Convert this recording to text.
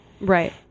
Right